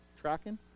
tracking